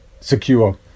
secure